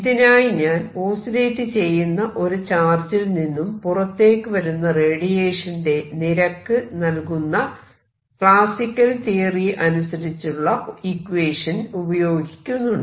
ഇതിനായി ഞാൻ ഓസിലേറ്റ് ചെയ്യുന്ന ഒരു ചാർജിൽ നിന്നും പുറത്തേക്ക് വരുന്ന റേഡിയേഷന്റെ നിരക്ക് നൽകുന്ന ക്ലാസിക്കൽ തിയറി അനുസരിച്ചുള്ള ഇക്വേഷൻ ഉപയോഗിക്കുന്നുണ്ട്